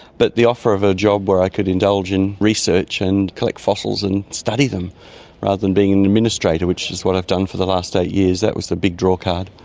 but the offer of a job where i could indulge in research and collect fossils and study them rather than being an administrator, which is what i've done for the last eight years, that was the big drawcard.